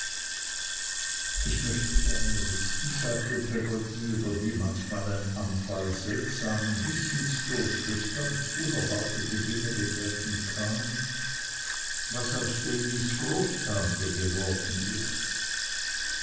ich möchte gerne wissen sagte peggotty über die manchmal ein anfall seltsamen wissensdurstes ganz unerwartete dinge betreffend kam was aus davys großtante geworden ist